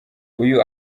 uyu